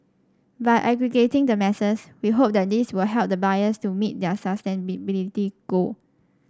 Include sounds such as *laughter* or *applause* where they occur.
by aggregating the masses we hope that this will help the buyers to meet their *unintelligible* goal